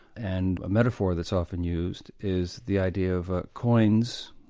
and a metaphor that's often used is the idea of coins